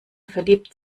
verliebt